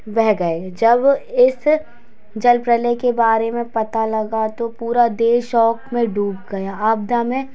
बह गए जब इस जल प्रलय के बारे में पता लगा तो पूरा देश शोक में डूब गया आपदा में